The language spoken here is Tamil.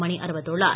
மணி அறிவித்துள்ளார்